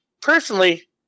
personally